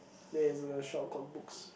there is a shop called books